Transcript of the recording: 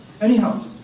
Anyhow